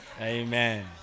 Amen